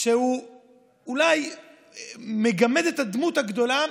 שאולי מגמד את הדמות הגדולה,